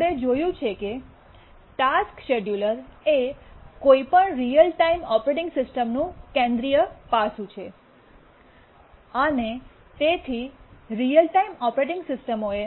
આપણે જોયું છે કે ટાસ્ક શિડ્યુલર એ કોઈપણ રીઅલ ટાઇમ ઓપરેટિંગ સિસ્ટમનું કેન્દ્રિય પાસું છે અને તેથી રીઅલ ટાઇમ ઓપરેટિંગ સિસ્ટમો એ